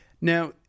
Now